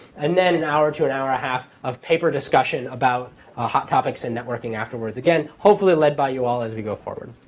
and then an hour to an hour and a half of paper discussion about hot topics and networking afterwards, again, hopefully led by you all as we go forward.